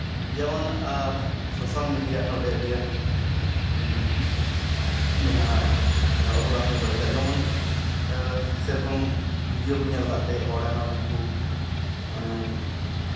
ᱡᱮᱢᱚᱱ social media ᱱᱚᱸᱰᱮ ᱟᱹᱰᱤᱜᱟᱱ ᱢᱮᱱᱟᱜᱼᱟ ᱚᱵᱚᱫᱟᱱᱮ ᱫᱚᱦᱚᱭᱮᱫᱟ ᱡᱮᱢᱚᱱ ᱥᱮᱨᱚᱠᱚᱢ ᱵᱷᱤᱰᱭᱳ ᱠᱚ ᱧᱮᱞ ᱠᱟᱛᱮᱫ ᱦᱚᱲ ᱟᱭᱢᱟ ᱜᱟᱱ ᱠᱚ ᱢᱟᱱᱮ